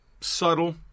subtle